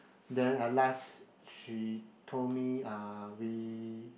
then at last she told me uh we